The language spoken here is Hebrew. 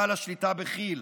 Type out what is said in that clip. בעל השליטה בכי"ל.